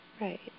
Right